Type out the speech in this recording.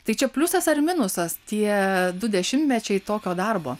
tai čia pliusas ar minusas tie du dešimtmečiai tokio darbo